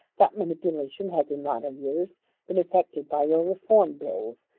that manipulation has in latter years been effected by your reform bills,